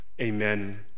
Amen